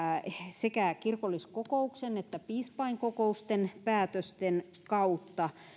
sekä kirkolliskokouksen että piispainkokousten päätösten kautta